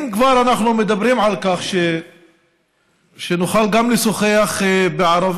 אם כבר אנחנו מדברים על כך שנוכל גם לשוחח בערבית,